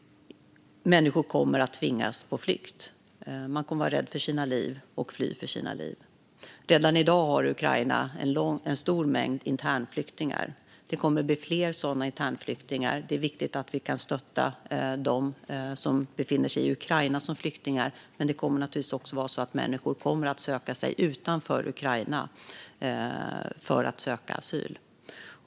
Människor kommer att tvingas på flykt. De kommer att vara rädda för sina liv och fly för sina liv. Redan i dag har Ukraina en stor mängd internflyktingar. Det kommer att bli fler sådana internflyktingar. Det är viktigt att vi kan stötta dem som befinner sig i Ukraina som flyktingar. Men det kommer naturligtvis också att vara så att människor kommer att söka sig utanför Ukraina för att söka asyl.